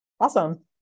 Awesome